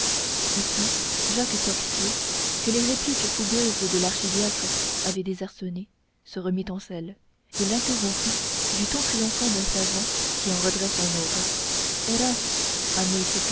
ici jacques coictier que les répliques fougueuses de l'archidiacre avaient désarçonné se remit en selle et l'interrompit du ton triomphant d'un savant qui en redresse un autre